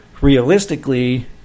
Realistically